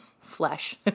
flesh